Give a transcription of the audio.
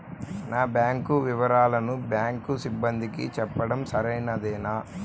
నా బ్యాంకు వివరాలను బ్యాంకు సిబ్బందికి చెప్పడం సరైందేనా?